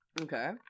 okay